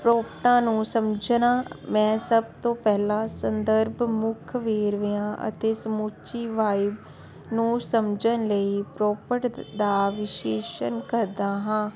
ਰੋਪਟਾ ਨੂੰ ਸਮਝਣਾ ਮੈਂ ਸਭ ਤੋਂ ਪਹਿਲਾਂ ਸੰਦਰਭ ਮੁੱਖ ਵੇਰਵਿਆਂ ਅਤੇ ਸਮੁੱਚੀ ਵਾਈਵ ਨੂੰ ਸਮਝਣ ਲਈ ਪ੍ਰੋਪਟ ਦਾ ਵਿਸ਼ੇਸ਼ਣ ਕਰਦਾ ਹਾਂ